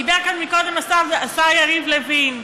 דיבר כאן קודם השר יריב לוין ואמר: